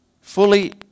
Fully